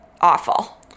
awful